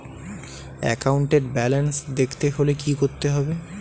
একাউন্টের ব্যালান্স দেখতে হলে কি করতে হবে?